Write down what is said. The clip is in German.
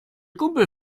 kumpel